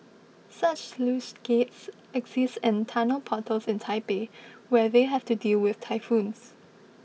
such sluice gates exist in tunnel portals in Taipei where they have to deal with typhoons